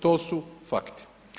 To su fakti.